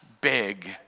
big